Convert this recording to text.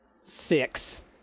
six